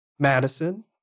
Madison